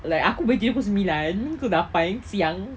like aku boleh tidur pukul sembilan pukul lapan siang